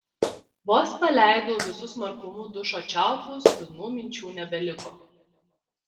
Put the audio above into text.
vos paleidau visu smarkumu dušo čiaupus liūdnų minčių nebeliko